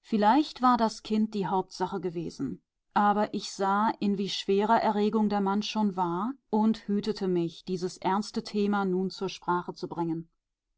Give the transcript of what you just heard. vielleicht war das kind die hauptsache gewesen aber ich sah in wie schwerer erregung der mann schon war und hütete mich dieses ernsteste thema nun zur sprache zu bringen